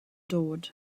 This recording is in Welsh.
dod